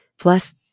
Plus